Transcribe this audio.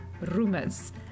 Rumors